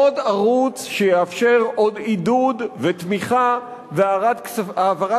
עוד ערוץ שיאפשר עוד עידוד ותמיכה והעברת